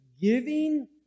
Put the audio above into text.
giving